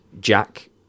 Jack